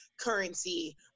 currency